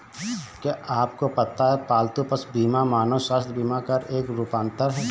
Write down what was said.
क्या आपको पता है पालतू पशु बीमा मानव स्वास्थ्य बीमा का एक रूपांतर है?